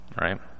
right